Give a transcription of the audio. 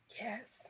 Yes